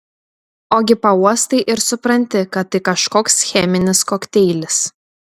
ogi pauostai ir supranti kad tai kažkoks cheminis kokteilis